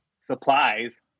supplies